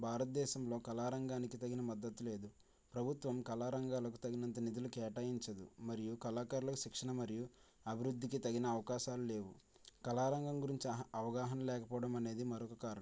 భారతదేశంలో కళారంగానికి తగిన మద్దతు లేదు ప్రభుత్వం కళా రంగాలకు తగినంత నిధులు కేటాయించదు మరియు కళాకారుల శిక్షణ మరియు అభివృద్ధికి తగిన అవకాశాలు లేవు కళా రంగం గురించి అవగాహన లేకపోవడం అనేది మరొక కారణం